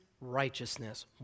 righteousness